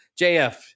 jf